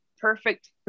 perfect